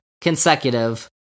consecutive